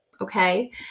okay